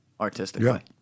artistically